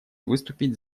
выступить